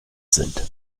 sind